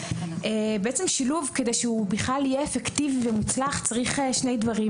כדי ששילוב יהיה אפקטיבי ומוצלח צריך שני דברים.